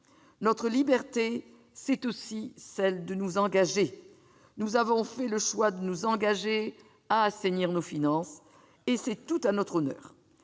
Notre liberté, c'est aussi celle de nous engager. Or nous avons fait le choix de nous engager à assainir nos finances, et c'est tout à notre honneur.